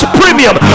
premium